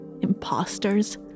imposters